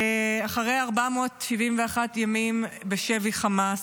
אחרי 471 ימים בשבי חמאס,